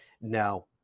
now